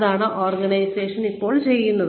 ഇതാണ് ഓർഗനൈസഷൻസ് ഇപ്പോൾ ചെയ്യുന്നത്